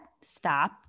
stop